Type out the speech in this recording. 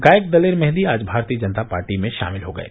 गायक दलेर मेहंदी आज भारतीय जनता पार्टी में शामिल हो गये